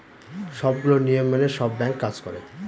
সবগুলো নিয়ম মেনে সব ব্যাঙ্ক কাজ করে